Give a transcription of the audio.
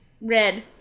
red